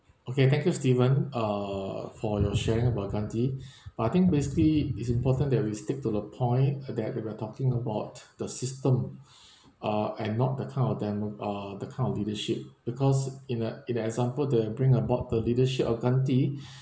okay thank you stephen uh for your sharing about ghandi but I think basically it's important that we stick to the point uh that we have been talking about the system uh and not that kind of demo~ uh that kind of leadership because in a in an example that you bring about the leadership of gandhi